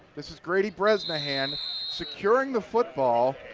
this is grady bresnahan securing the football.